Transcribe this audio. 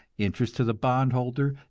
interest to the bondholder,